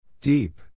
Deep